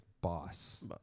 boss